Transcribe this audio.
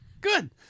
Good